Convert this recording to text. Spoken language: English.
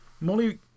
Molly